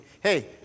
Hey